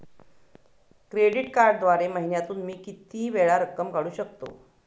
Credit कार्डद्वारे महिन्यातून मी किती वेळा रक्कम काढू शकतो?